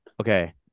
Okay